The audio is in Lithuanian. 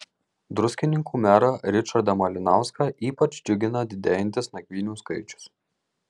druskininkų merą ričardą malinauską ypač džiugina didėjantis nakvynių skaičius